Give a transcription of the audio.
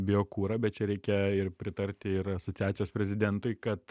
biokurą bet čia reikia ir pritarti ir asociacijos prezidentui kad